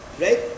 Right